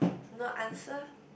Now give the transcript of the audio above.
not answer